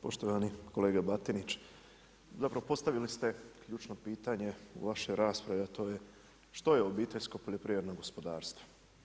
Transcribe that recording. Poštovani kolega Batinić, zapravo postavili ste ključno pitanje u vašoj raspravi, a to je što je obiteljsko poljoprivredno gospodarstvo?